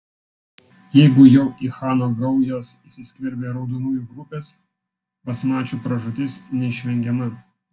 jeigu jau į chano gaujas įsiskverbė raudonųjų grupės basmačių pražūtis neišvengiama